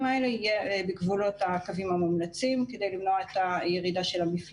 סוגיות שונות שנוגעות למשק